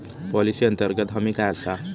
Policy अंतर्गत हमी काय आसा?